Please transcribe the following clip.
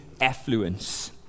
affluence